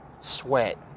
sweat